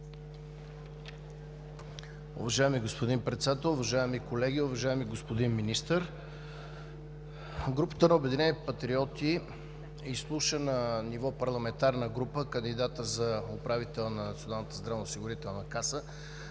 Уважаеми господин Председател, уважаеми колеги, уважаеми господин Министър! Групата на „Обединени патриоти“ изслуша на ниво парламентарна група кандидата за управител на